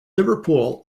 liverpool